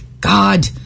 God